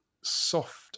soft